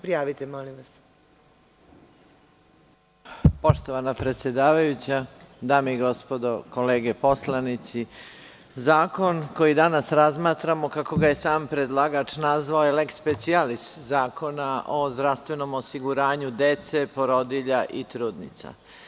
Poštovana predsedavajuća, dame i gospodo kolege poslanici, zakon koji danas razmatramo, kako ga je i sam predlagač nazvao, jeste leks specijalis Zakona o zdravstvenom osiguranju dece, porodilja i trudnica.